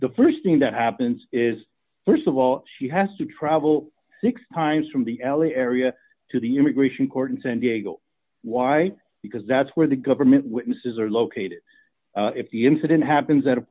the st thing that happens is st of all she has to travel six times from the l a area to the immigration court in san diego why because that's where the government witnesses are located if the incident happens at a